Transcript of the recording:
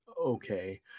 okay